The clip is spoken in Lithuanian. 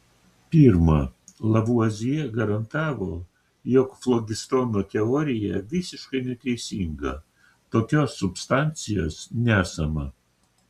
pirma lavuazjė garantavo jog flogistono teorija visiškai neteisinga tokios substancijos nesama